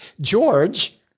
George